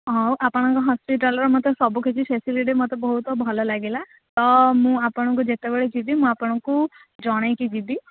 ହଉ ଆପଣଙ୍କ ହସ୍ପିଟାଲ୍ର ମୋତେ ସବୁକିଛି ଫ୍ୟାସିଲିଟି ମୋତେ ବହୁତ ଭଲ ଲାଗିଲା ତ ମୁଁ ଆପଣଙ୍କୁ ଯେତେବେଳେ ଯିବି ମୁଁ ଆପଣଙ୍କୁ ଜଣେଇକି ଯିବି